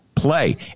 Play